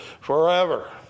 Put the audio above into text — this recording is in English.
forever